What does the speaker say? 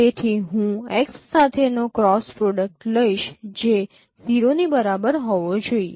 તેથી હું X સાથેનો ક્રોસ પ્રોડક્ટ લઈશ જે 0 ની બરાબર હોવો જોઈએ